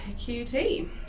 QT